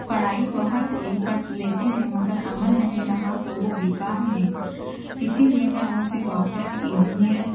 پڑھائی تو ہر کوئی پڑھ لیتے ہیں مگر عمل نہیں رہا تو وہ بیکار ہیں اِسی لیے میں اُسے ڈاکٹر انجینئر